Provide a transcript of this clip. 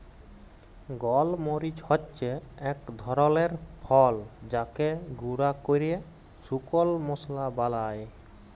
গল মরিচ হচ্যে এক ধরলের ফল যাকে গুঁরা ক্যরে শুকল মশলা বালায়